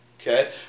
Okay